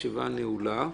הישיבה נעולה,